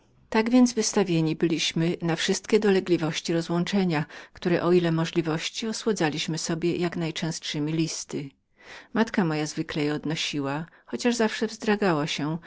tak wystawieni byliśmy na wszystkie dolegliwości rozłączenia którą o ile możności osładzaliśmy sobie jak najczęstszemi listy matka moja zwykle je odnosiła chociaż zawsze wzdragała się